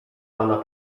pana